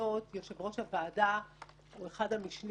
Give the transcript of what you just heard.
האחרונות בדרך כלל יושב ראש הוועדה הוא אחד המשנים,